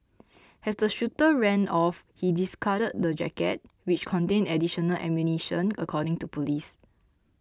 as the shooter ran off he discarded the jacket which contained additional ammunition according to police